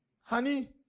honey